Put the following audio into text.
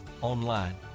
online